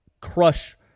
crush